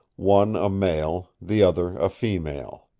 one a male, the other a female.